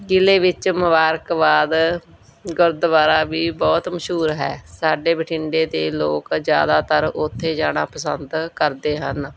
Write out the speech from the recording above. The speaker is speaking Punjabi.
ਕਿਲ੍ਹੇ ਵਿੱਚ ਮੁਬਾਰਕਬਾਦ ਗੁਰਦੁਆਰਾ ਵੀ ਬਹੁਤ ਮਸ਼ਹੂਰ ਹੈ ਸਾਡੇ ਬਠਿੰਡੇ ਦੇ ਲੋਕ ਜ਼ਿਆਦਾਤਰ ਉੱਥੇ ਜਾਣਾ ਪਸੰਦ ਕਰਦੇ ਹਨ